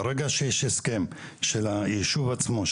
ברגע שיש הסכם של היישוב עצמו,